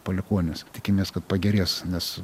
palikuonis tikimės kad pagerės nes